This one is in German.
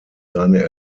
seine